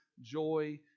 joy